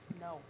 No